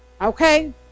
okay